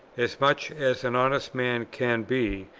as much as an honest man can be,